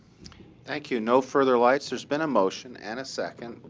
thank you. no further lights. there's been a motion and a second.